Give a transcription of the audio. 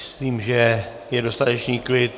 Myslím, že je dostatečný klid.